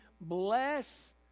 bless